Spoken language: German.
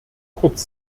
kurz